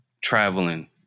Traveling